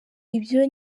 ibyo